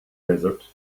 desert